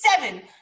seven